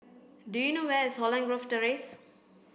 do you know where is Holland Grove Terrace